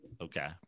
Okay